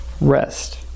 rest